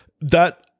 That-